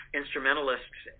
instrumentalists